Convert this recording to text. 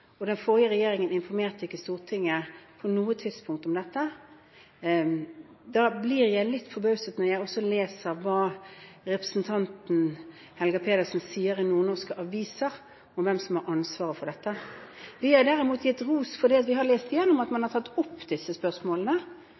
og den forrige regjeringen informerte ikke Stortinget på noe tidspunkt om dette. Da blir jeg litt forbauset når jeg også leser hva representanten Helga Pedersen sier i nordnorske aviser om hvem som har ansvaret for dette. Vi har derimot gitt ros fordi vi har lest om at man har tatt opp disse spørsmålene